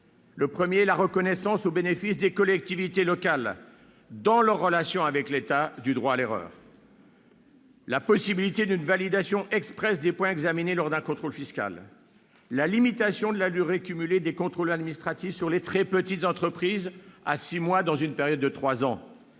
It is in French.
du Sénat : la reconnaissance, au bénéfice des collectivités locales, dans leurs relations avec l'État, d'un droit à l'erreur ; la possibilité d'une validation expresse des points examinés lors d'un contrôle fiscal ; la limitation de la durée cumulée des contrôles administratifs sur les très petites entreprises à six mois sur une période de trois ans